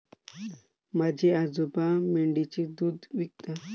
माझे आजोबा मेंढीचे दूध विकतात